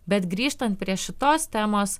bet grįžtant prie šitos temos